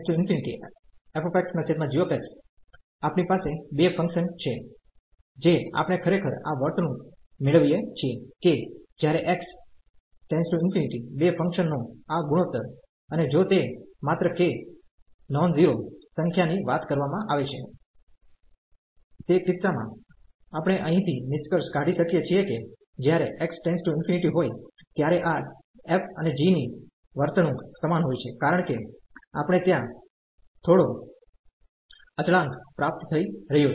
તેથી જો આપણે આ લો આપણી પાસે બે ફંકશન છે જે આપણે ખરેખર આ વર્તણૂક મેળવીએ છીએ કે જ્યારે x →∞ બે ફંકશન નો આ ગુણોત્તર અને જો તે માત્ર k નોન ઝીરો સંખ્યાની વાત કરવામાં આવે છે તે કિસ્સામાં આપણે અહીંથી નિષ્કર્ષ કાઢી શકીએ છીએ કે જ્યારે x →∞ હોય ત્યારે આ f અને g ની વર્તણૂક સમાન હોય છે કારણ કે આપણે ત્યાં થોડો અચળાંક પ્રાપ્ત થઈ રહ્યો છે